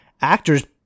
actors